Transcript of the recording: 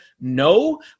no